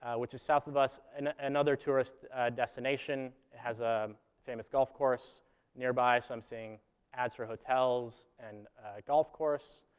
which is south of us, and another tourist destination, has a famous golf course nearby, so i'm seeing ads for hotels and a golf course.